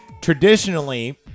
Traditionally